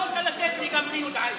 יכולת לתת לי גם בלי הודעה אישית.